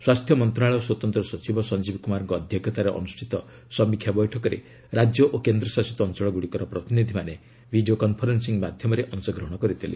ସ୍ୱାସ୍ଥ୍ୟ ମନ୍ତଶାଳୟ ସ୍ୱତନ୍ତ୍ର ସଚିବ ସଞ୍ଜୀବ୍ କୁମାରଙ୍କ ଅଧ୍ୟକ୍ଷତାରେ ଅନୁଷ୍ଠିତ ସମୀକ୍ଷା ବୈଠକରେ ରାଜ୍ୟ ଓ କେନ୍ଦ୍ରଶାସିତ ଅଞ୍ଚଳଗୁଡ଼ିକର ପ୍ରତିନିଧିମାନେ ଭିଡ଼ିଓ କନ୍ଫରେନ୍ସିଂ ମାଧ୍ୟମରେ ଅଂଶଗ୍ରହଣ କରିଥିଲେ